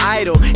idol